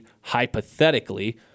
hypothetically